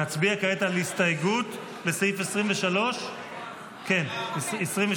נצביע כעת על הסתייגות לסעיף 23, נכון?